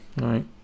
Right